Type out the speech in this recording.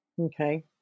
Okay